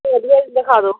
ਵਧੀਆ ਜਿਹੇ ਦਿਖਾ ਦਓ